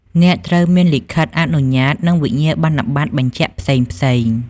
អ្នកត្រូវមានលិខិតអនុញ្ញាត និងវិញ្ញាបនបត្របញ្ជាក់ផ្សេងៗ។